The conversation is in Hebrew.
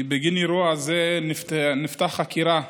בגין אירוע זה נפתחה חקירה,